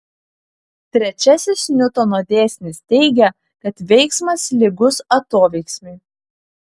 trečiasis niutono dėsnis teigia kad veiksmas lygus atoveiksmiui